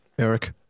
eric